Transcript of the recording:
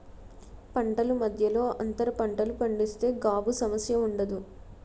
పంటల మధ్యలో అంతర పంటలు పండిస్తే గాబు సమస్య ఉండదు